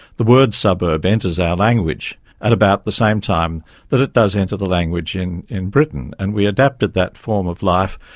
the word suburb enters our language at about the same time that it does into the language in in britain, and we adapted that form of life.